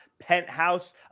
penthouse